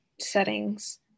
settings